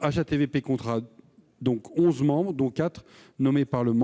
HATVP comptera donc onze membres, dont quatre nommés par le